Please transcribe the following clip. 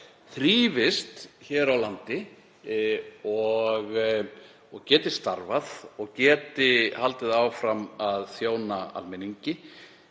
þrífist hér á landi og geti starfað og geti haldið áfram að þjóna almenningi.